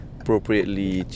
appropriately